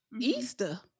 Easter